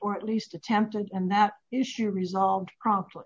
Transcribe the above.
or at least attempted and that issue resolved promptly